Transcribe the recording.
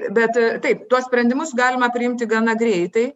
bet taip tuos sprendimus galima priimti gana greitai